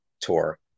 tour